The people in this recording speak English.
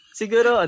siguro